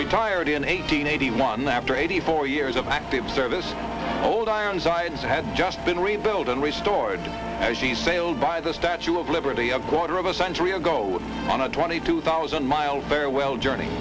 retired in eighteen eighty one after eighty four years of active service old ironsides had just been rebuilt and restored as she sailed by the statue of liberty a quarter of a century ago on a twenty two thousand mile farewell journey